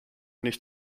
nicht